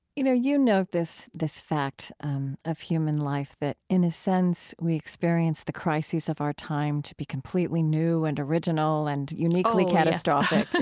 you know, you note this, this fact of human life that, in a sense, we experience the crises of our time to be completely new and original and uniquely catastrophic but